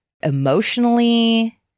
emotionally